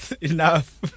enough